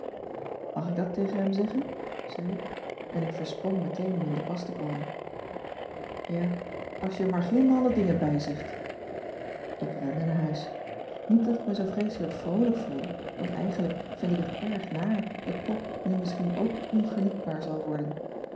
mag ik dat tegen hem zeggen zei ik en ik versprong meteen om in den pas te komen ja als je er maar geen malle dingen bijzegt ik rende naar huis niet dat ik me zoo vreeselijk vroolijk voelde want eigenlijk vind ik het erg naar dat pop nu misschien ook ongenietbaar zal worden